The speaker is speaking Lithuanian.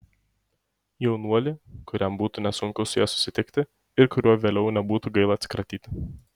jaunuolį kuriam būtų nesunku su ja susitikti ir kuriuo vėliau nebūtų gaila atsikratyti